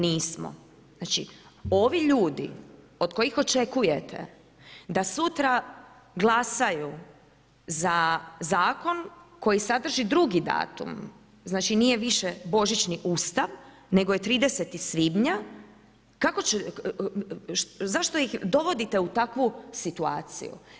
Nismo, znači ovi ljudi, od kojih očekujete, da sutra glasaju za zakon, koji sadrži drugi datum, znači nije više božićni ustav, nego je 30. svibnja, zašto ih dovodite u takvu situaciju.